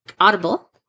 Audible